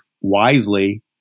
wisely